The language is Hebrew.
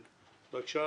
בבקשה,